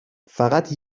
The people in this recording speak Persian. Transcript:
فقط